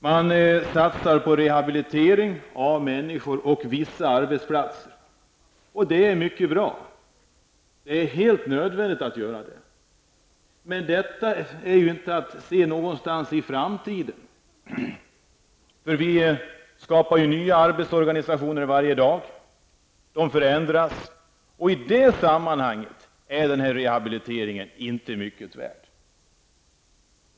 Man satsar på rehabilitering av människor, och man satsar på vissa arbetsplatser, och det är mycket bra. Det är nödvändigt att göra det. Men detta gäller inte för framtiden. Vi skapar nya arbetsorganisationer varje dag. De förändras, och i det sammanhanget är rehabiliteringen inte mycket värd.